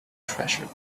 treasure